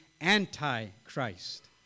anti-christ